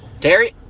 Terry